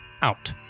out